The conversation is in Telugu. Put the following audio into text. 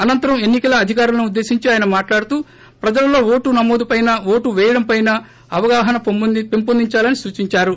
అనంతరం ఎన్నికల అధికారులను ఉద్దేశించి ఆయన మాట్లాడుతూ ప్రజలలో ఓటు నమోదు పైన ఓటు పేయడం పైన అవగాహన పెంపొందిచాలని సూచించారు